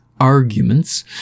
Arguments